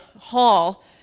hall